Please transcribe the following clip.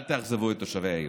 אל תאכזבו את תושבי העיר.